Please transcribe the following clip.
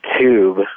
tube